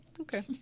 okay